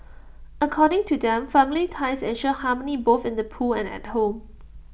according to them family ties ensure harmony both in the pool and at home